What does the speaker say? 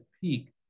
peak